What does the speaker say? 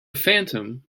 phantom